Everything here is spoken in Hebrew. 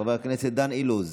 חבר הכנסת דן אילוז,